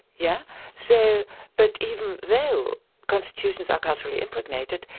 yeah so but even though constitutions are culturally impregnated,